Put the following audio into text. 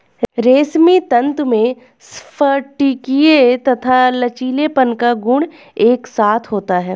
रेशमी तंतु में स्फटिकीय तथा लचीलेपन का गुण एक साथ होता है